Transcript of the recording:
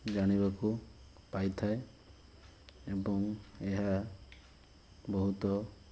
ଜାଣିବାକୁ ପାଇଥାଏ ଏବଂ ଏହା ବହୁତ